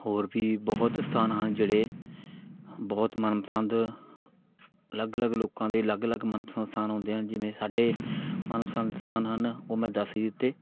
ਹੋਰ ਵੀ ਬਹੁਤ ਸਥਾਨ ਹਨ ਜਿਹੜੇ ਬਹੁਤ ਮਨਪਸੰਦ ਅਲੱਗ ਅਲੱਗ ਲੋਕਾਂ ਦੇ ਅਲੱਗ ਅਲੱਗ ਮਨਪਸੰਦ ਸਥਾਨ ਹੁੰਦੇ ਹਨ ਜਿਵੇਂ ਸਾਡੇ ਮਨਪਸੰਦ ਸਥਾਨ ਹਨ ਉਹ ਮੈਂ ਦੱਸ ਹੀ ਦਿੱਤੇ